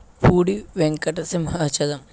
Pudi Venkata Simhachalam